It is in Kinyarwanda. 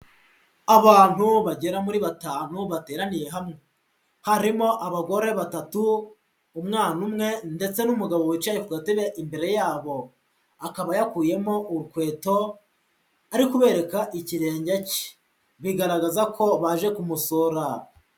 Abantu bagera muri batanu bateraniye hamwe, harimo abagore batatu, umwana umwe ndetse n'umugabo wicaye ku gatebe imbere yabo, kaba yakuyemo urukweto ari kubereka ikirenge ke, bigaragaza ko baje kumusura.